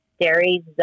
Dairy